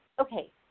okay